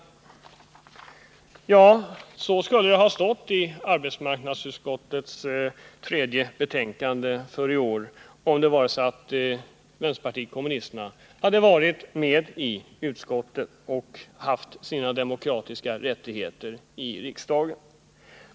Ja, så skulle det ha stått i arbetsmarknadsutskottets tredje betänkande för i år, om det varit så att vänsterpartiet kommunisterna hade varit med i utskottet och haft sina demokratiska rättigheter i riksdagen.